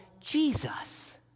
Jesus